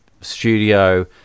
studio